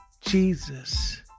Jesus